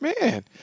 man